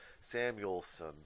Samuelson